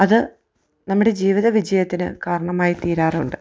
അത് നമ്മുടെ ജീവിതവിജയത്തിന് കാരണമായിത്തീരാറുണ്ട്